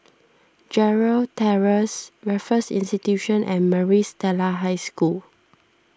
Gerald Terrace Raffles Institution and Maris Stella High School